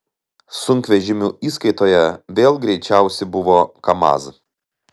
sunkvežimių įskaitoje vėl greičiausi buvo kamaz